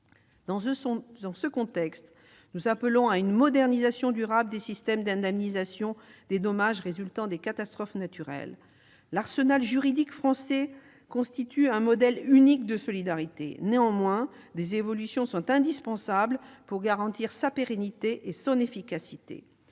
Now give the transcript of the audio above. Dans ce contexte, nous appelons à une modernisation durable des systèmes d'indemnisation des dommages résultant des catastrophes naturelles. L'arsenal juridique français constitue un modèle unique de solidarité. Néanmoins, des évolutions sont indispensables pour garantir sa pérennité et son efficacité.